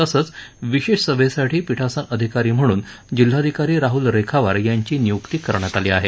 तसंच विशेष सभेसाठी पीठासन अधिकारी म्हणून जिल्हाधिकारी राहूल रेखावार यांची नियुक्ती करण्यात आली आहे